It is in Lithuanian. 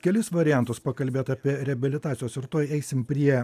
kelis variantus pakalbėt apie reabilitacijos ir tuoj eisim prie